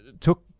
took